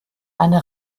eine